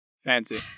Fancy